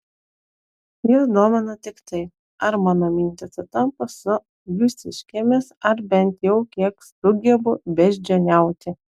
jus domina tik tai ar mano mintys sutampa su jūsiškėmis ar bent jau kiek sugebu beždžioniauti